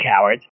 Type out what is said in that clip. cowards